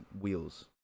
wheels